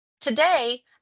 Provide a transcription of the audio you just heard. Today